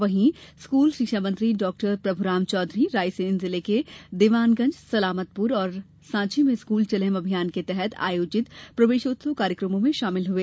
वहीं स्कूल शिक्षा मंत्री डॉ प्रभुराम चौधरी रायसेन जिले के दीवानगंज सलामतपुर और सांची में स्कूल चले हम अभियान के तहत आयोजित प्रवेशोत्सव कार्यक्रमों में शामिल हुए